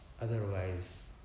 Otherwise